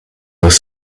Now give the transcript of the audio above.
was